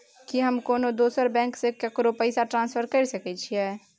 की हम कोनो दोसर बैंक से केकरो पैसा ट्रांसफर कैर सकय छियै?